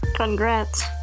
Congrats